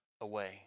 away